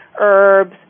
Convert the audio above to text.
herbs